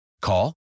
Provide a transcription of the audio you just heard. Call